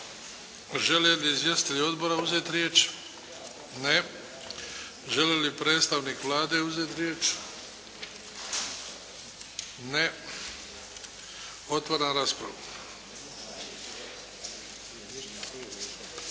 Žele li izvjestitelji odbora uzeti riječ? Ne. Želi li predstavnik Vlade uzeti riječ? Ne. Otvaram raspravu.